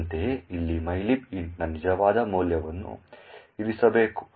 ಅಂತೆಯೇ ಇಲ್ಲಿ mylib int ನ ನಿಜವಾದ ಮೌಲ್ಯವನ್ನು ಇರಿಸಬೇಕು